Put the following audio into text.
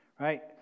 right